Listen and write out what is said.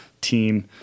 team